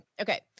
Okay